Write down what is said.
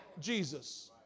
Jesus